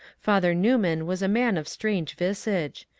father newman was a man of strange visage.